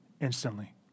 instantly